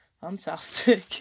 Fantastic